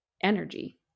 energy